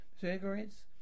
cigarettes